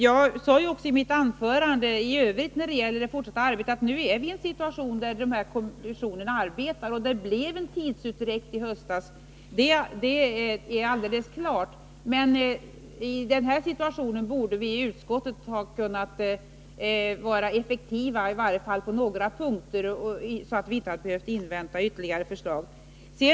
Jag sade i mitt anförande när det gäller att fortsätta arbetet i övrigt, att nu är vi i den situationen att kommissionen arbetar. Det blev en tidsutdräkt i höstas, det är alldeles klart, men i den här situationen borde vi i utskottet ha kunnat vara effektivare, i varje fall på några punkter, så att vi inte hade behövt invänta ytterligare förslag.